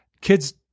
Kids